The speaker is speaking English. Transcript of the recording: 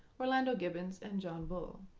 orlando gibbons, and john bull.